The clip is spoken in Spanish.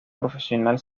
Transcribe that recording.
profesional